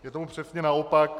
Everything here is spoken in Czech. Je tomu přesně naopak.